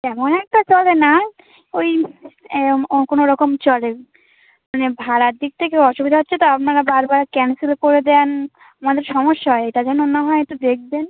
তেমন একটা চলে না ওই অ কোনো রকম চলে মানে ভাড়ার দিক থেকে অসুবিধা হচ্ছে তো আপনারা বারবার ক্যানসেল করে দেন মানে সমস্যা হয় এটা যেন না হয় একটু দেখবেন